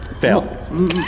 Fail